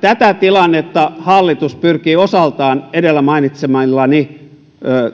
tätä tilannetta hallitus pyrkii osaltaan edellä mainitsemillani